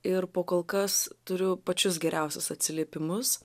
ir po kol kas turiu pačius geriausius atsiliepimus